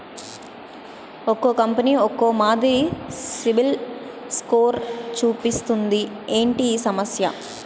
ఒక్కో కంపెనీ ఒక్కో మాదిరి సిబిల్ స్కోర్ చూపిస్తుంది ఏంటి ఈ సమస్య?